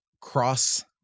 cross